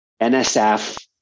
NSF